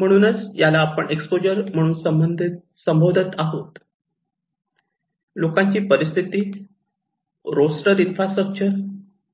म्हणूनच याला आपण एक्सपोजर म्हणून संबोधत आहोत लोकांची परिस्थिती रोस्टर इन्फ्रास्ट्रक्चर